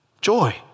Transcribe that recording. joy